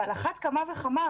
ועל אחת כמה וכמה,